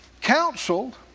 Counseled